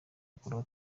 akuraho